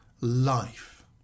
life